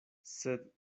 sed